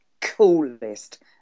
coolest